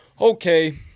Okay